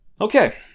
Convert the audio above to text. Okay